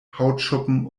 hautschuppen